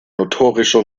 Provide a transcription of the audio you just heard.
notorischer